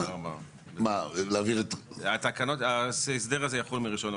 כי ממילא ההפניה תכלול גם את ההסדר החדש.